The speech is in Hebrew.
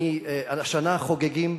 השנה חוגגים,